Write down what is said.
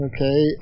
Okay